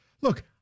look